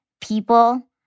people